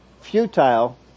futile